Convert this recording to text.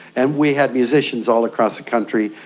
and we had musicians all across the country.